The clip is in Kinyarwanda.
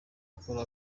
akora